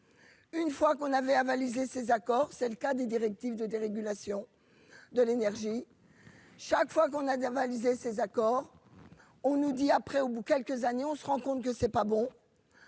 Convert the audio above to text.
Une fois qu'on avait avalisé ces accords. C'est le cas des directives de dérégulation de l'énergie. Chaque fois qu'on a déjà avalisé ces accords. On nous dit après au bout quelques années on se rend compte que c'est pas bon.